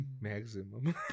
Maximum